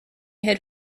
had